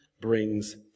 brings